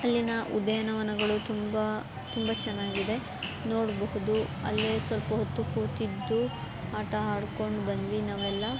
ಅಲ್ಲಿನ ಉದ್ಯಾನವನಗಳು ತುಂಬ ತುಂಬ ಚೆನ್ನಾಗಿದೆ ನೋಡಬಹುದು ಅಲ್ಲೇ ಸ್ವಲ್ಪ ಹೊತ್ತು ಕೂತಿದ್ದು ಆಟ ಆಡ್ಕೊಂಡು ಬಂದ್ವಿ ನಾವೆಲ್ಲ